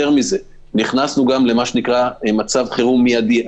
יותר מזה, נכנסנו גם למה שנקרא מצב חירום מיידי.